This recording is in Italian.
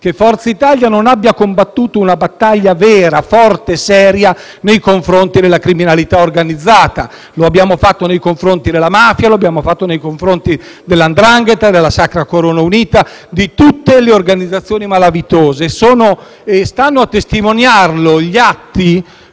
che Forza Italia non abbia combattuto una battaglia vera, forte e seria nei confronti della criminalità organizzata: lo abbiamo fatto nei confronti della mafia, della 'ndrangheta, della sacra corona unita, di tutte le organizzazioni malavitose, come stanno a testimoniare gli atti